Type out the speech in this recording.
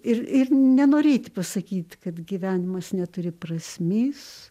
ir ir nenorėti pasakyt kad gyvenimas neturi prasmės